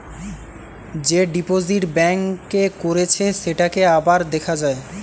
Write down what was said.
যে deposit bank এ করেছে সেটাকে আবার দেখা যায়